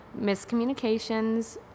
miscommunications